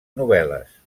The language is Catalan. novel·les